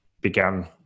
began